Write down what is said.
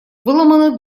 выломаны